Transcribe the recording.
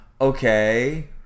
okay